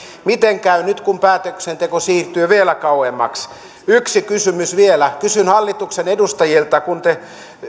miten käy nyt kun päätöksenteko siirtyy vielä kauemmaksi yksi kysymys vielä kysyn hallituksen edustajilta kun te